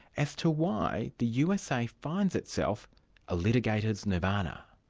as to why the usa finds itself a litigator's nirvana.